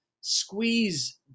squeeze